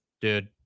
dude